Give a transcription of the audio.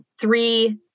three